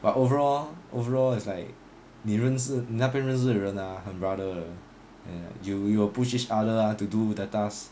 but overall overall it's like 你认识你那边认识人啊很 brother and you you will push each other lah to do the task